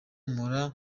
mpora